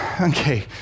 okay